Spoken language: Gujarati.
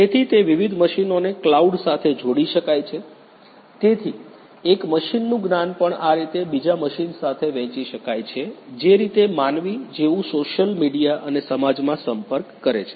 તેથી તે વિવિધ મશીનોને કલાઉડ સાથે જોડી શકાય છે તેથી એક મશીનનું જ્ઞાન પણ આ રીતે બીજા મશીન સાથે વહેંચી શકાય છે જે રીતે માનવી જેવું સોશ્યલ મીડિયા અને સમાજમાં સંપર્ક કરે છે